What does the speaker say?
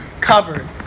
covered